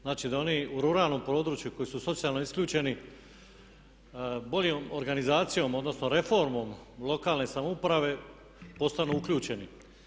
Znači da oni u ruralnom području koji su socijalno isključeni boljom organizacijom, odnosno reformom lokalne samouprave postanu uključeni.